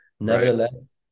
Nevertheless